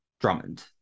Drummond